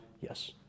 Yes